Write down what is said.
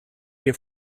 que